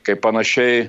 kaip panašiai